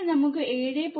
അങ്ങനെ നമുക്ക് 7